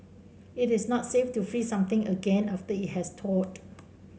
it is not safe to freeze something again after it has thawed